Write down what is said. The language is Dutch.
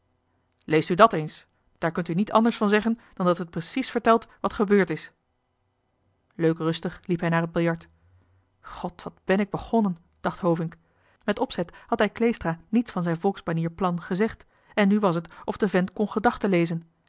lees u dàt dan eens daar kunt u niet anders van zeggen dan dat het precies vertelt wat gebeurd is en leuk rustig liep hij naar het biljart god wat ben ik begonnen dacht hovink met opzet had hij kleestra niets van zijn volksbanier plan gezegd en nu was t of de vent kon